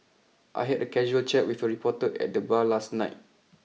I had a casual chat with a reporter at the bar last night